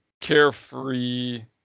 carefree